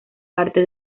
parte